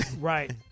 Right